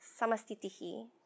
Samastitihi